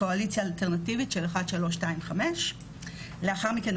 הקואליציה האלטרנטיבית של 1325. לאחר מכן,